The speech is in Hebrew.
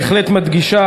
המגילה בהחלט מדגישה,